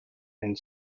and